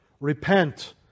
Repent